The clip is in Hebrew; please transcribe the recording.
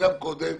וגם קודם.